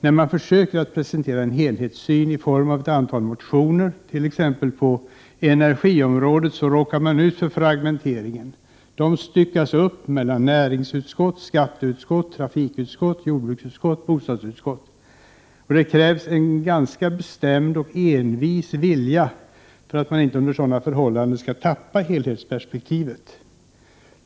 När man försöker presentera en helhetssyn, t.ex. med hjälp av ett antal motioner på energiområdet, råkar man ut för fragmenteringen. Motionerna styckas upp mellan näringsutskottet, skatteutskottet, trafikutskottet, jordbruksutskottet och bostadsutskottet. Det krävs en ganska bestämd och envis vilja för att man inte skall tappa helhetsperspektivet under sådana förhållanden.